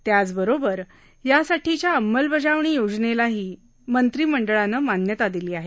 त्याचबरोबर यासाठीच्या अंमलबजावणी योजनेलाही मंत्रिमंडळानं मान्यता दिली आहे